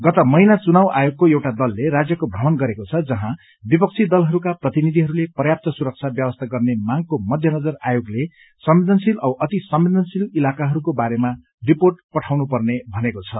गत महिना चुनाव आयोगको एउटा दलले राज्यको भ्रमण गरेको छ जहाँ विपक्षी दलहरूका प्रतिनिधिहरूले पर्याप्त सुरक्षा व्यवस्था गर्ने मागको मध्य नजर आयोगले संवेदनशील औ अति संवदेनशील इलाकाहरूको बारेमा रिपोर्ट पठाउनु पर्ने भनेको छ